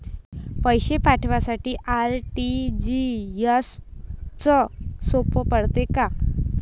पैसे पाठवासाठी आर.टी.जी.एसचं सोप पडते का?